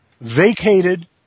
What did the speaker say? vacated